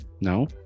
No